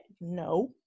no